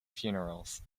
funerals